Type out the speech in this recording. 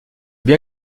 bien